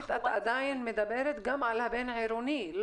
אבל עדיין מדברת גם על הבין-עירוני,